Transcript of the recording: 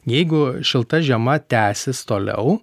jeigu šilta žiema tęsis toliau